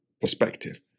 perspective